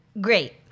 great